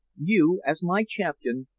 you, as my champion,